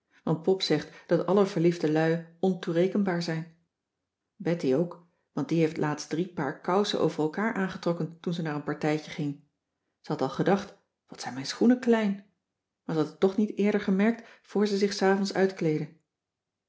want pop zegt dat alle verliefde lui ontoerekenbaar zijn betty ook want die heeft laatst drie paar kousen over elkaar aangetrokken toen ze naar een partijtje ging ze had al gedacht wat zijn mijn schoenen klein maar ze had het toch niet eerder gemerkt voor ze zich s